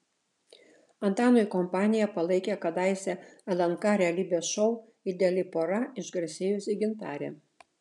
antanui kompaniją palaikė kadaise lnk realybės šou ideali pora išgarsėjusi gintarė